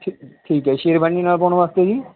ਠੀਕ ਹੈ ਜੀ ਸ਼ੇਰਵਾਨੀ ਨਾਲ ਪਾਉਣ ਵਾਸਤੇ ਜੀ